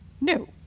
No